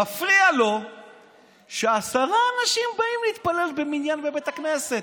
מפריע לו שעשרה אנשים באים להתפלל במניין בבית הכנסת.